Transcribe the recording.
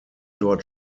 dort